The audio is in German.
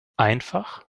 einfach